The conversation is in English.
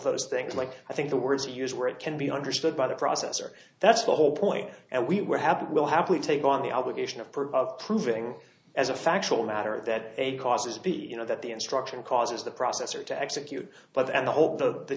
those things like i think the words we use where it can be understood by the processor that's the whole point and we're happy we'll happily take on the obligation of proof of proving as a factual matter that a causes b you know that the instruction causes the processor to execute but then the whole the